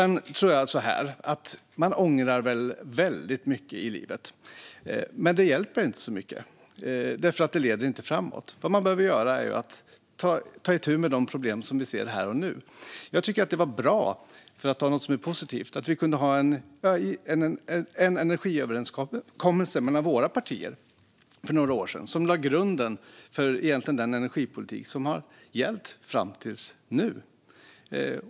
Man ångrar väldigt mycket i livet, men det hjälper inte så mycket, för det leder inte framåt. Vad man behöver göra är att ta itu med de problem som vi ser här och nu. För att ta något som är positivt tycker jag att det var bra att vi kunde ha en energiöverenskommelse mellan våra partier för några år sedan. Den lade egentligen grunden för den energipolitik som har gällt fram till nu.